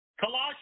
Colossians